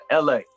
LA